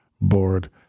board